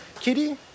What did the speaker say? Kitty